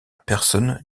personne